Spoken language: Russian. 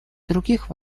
других